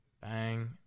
Bang